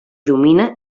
domina